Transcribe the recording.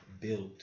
built